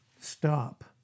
Stop